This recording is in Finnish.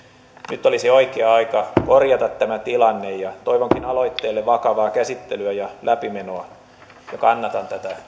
nyt olisi oikea aika korjata tämä tilanne ja toivonkin aloitteelle vakavaa käsittelyä ja läpimenoa kannatan tätä